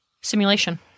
simulation